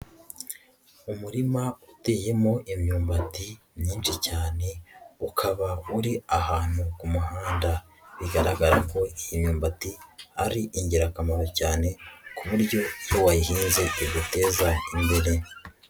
Umurima uteyemo imyumbati myinshi cyane ukaba uri ahantu ku muhanda, bigaragara ko iyi myumbati ari ingirakamaro cyane ku buryo iyo wayihinze iguteza imbere.